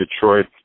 Detroit